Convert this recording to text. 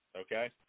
Okay